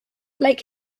blake